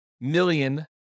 million